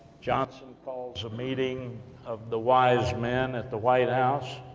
johnson, calls ah meeting of the wise men, at the white house,